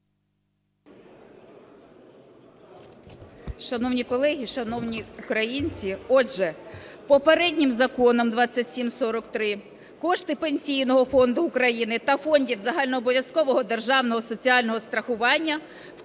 Шановні колеги, шановні українці! Отже, попереднім Законом 2743 кошти Пенсійного фонду України та фондів загальнообов'язкового державного соціального страхування